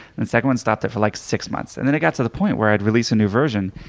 the second one stopped it for like six months. and then it got to the point where i'd release a new version,